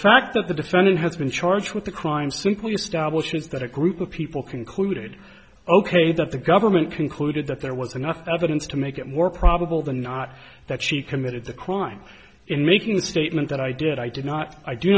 fact that the defendant has been charged with the crime simply establishment that a group of people concluded ok that the government concluded that there was enough evidence to make it more probable than not that she committed the crime in making a statement that i did i did not i do